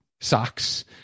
socks